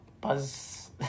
Buzz